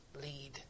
Lead